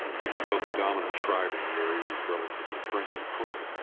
even though the dominant tribe in the area was relatively friendly crow.